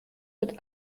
wird